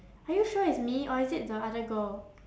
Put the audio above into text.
are you sure it's me or is it the other girl